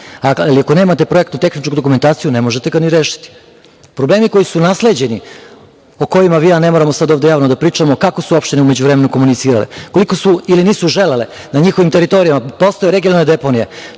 ali ako nemate projektno-tehničku dokumentaciju, ne možete ga ni rešiti. Problemi koji su nasleđeni, o kojima vi i ja ne moramo ovde javno da pričamo, kako su opštine u međuvremenu komunicirale, koliko su ili nisu želele. Na njihovim teritorijama postoje regionalne deponije